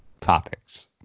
Topics